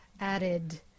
added